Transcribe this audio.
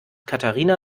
katharina